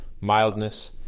mildness